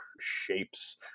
shapes